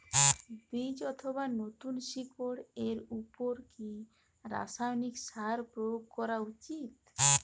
বীজ অথবা নতুন শিকড় এর উপর কি রাসায়ানিক সার প্রয়োগ করা উচিৎ?